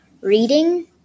reading